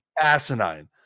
Asinine